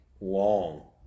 long